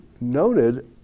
noted